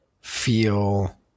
feel